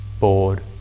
bored